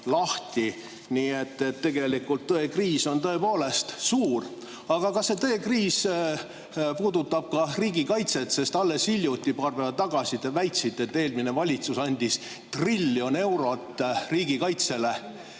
Nii et tegelikult tõekriis on tõepoolest suur. Aga kas see tõekriis puudutab ka riigikaitset? Alles hiljuti, paar päeva tagasi te väitsite, et eelmine valitsus andis triljon eurot riigikaitsele.